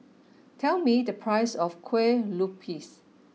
tell me the price of Kue Lupis